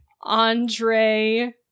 Andre